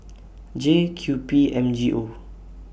J Q P M G O